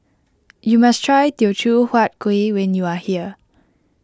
you must try Teochew Huat Kuih when you are here